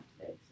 today